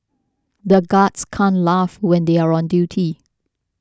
the guards can't laugh when they are on duty